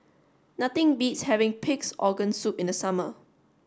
nothing beats having pig's organ soup in the summer